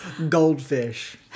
goldfish